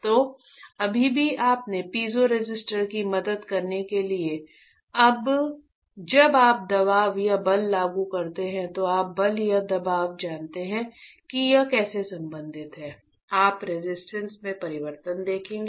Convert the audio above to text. तो अभी भी अपने पीजो रेसिस्टर की मदद करने के लिए जब आप दबाव या बल लागू करते हैं तो आप बल और दबाव जानते हैं कि वे कैसे संबंधित हैं आप रेजिस्टेंस में परिवर्तन देखेंगे